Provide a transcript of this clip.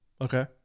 okay